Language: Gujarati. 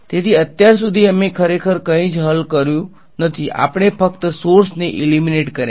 તેથી અત્યાર સુધી અમે ખરેખર કંઈ જ હલ કર્યું નથી આપણે ફક્ત સોર્સ ને જે ઈલીમીનેટ કર્યા છે